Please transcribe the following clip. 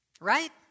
Right